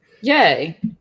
yay